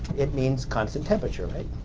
it means constant temperature right.